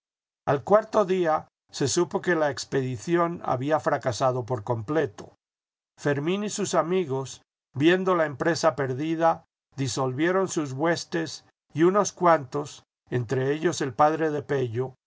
al cuarto día se supo que la expedición había fracasado por completo fermín y sus amigos viendo la empresa perdida disolvieron sus huestes y unos cuantos entre ellos el padre de